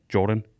Jordan